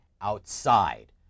outside